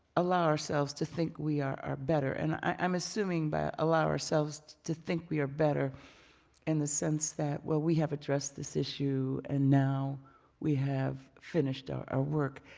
allow ourselves to think we are better? and i am assuming, by allow ourselves to think we are in and the sense that, well, we have addressed this issue and now we have finished our work.